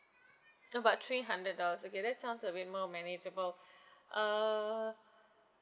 about three hundred dollars okay that sounds a bit more manageable err